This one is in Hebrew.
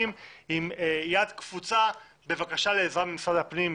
עם יד קפוצה בבקשה לעזרה ממשרד הפנים,